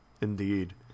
Indeed